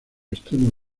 extremo